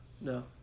no